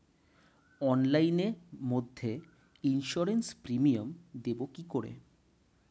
অনলাইনে মধ্যে insurance premium দেবো কি করে?